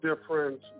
different